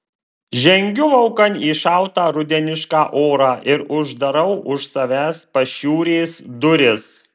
žengiu laukan į šaltą rudenišką orą ir uždarau už savęs pašiūrės duris